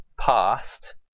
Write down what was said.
past